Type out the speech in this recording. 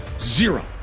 zero